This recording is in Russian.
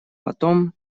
потом